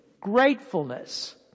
gratefulness